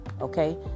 okay